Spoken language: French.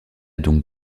donc